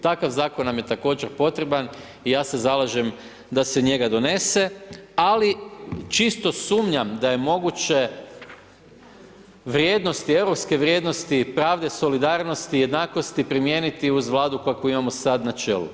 Takav zakon nam je također potreban i ja se zalažem da se njega donese ali čisto sumnjam da je moguće vrijednosti, europske vrijednosti, pravde solidarnosti i jednakosti primijeniti uz Vladu kakvu imamo sada na čelu.